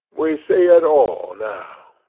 we see it all, now.